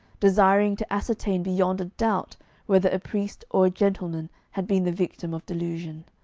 desiring to ascertain beyond a doubt whether a priest or a gentleman had been the victim of delusion.